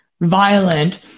violent